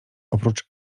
oprócz